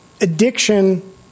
addiction